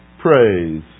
praise